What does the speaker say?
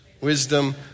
Wisdom